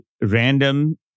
random